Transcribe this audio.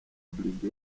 brig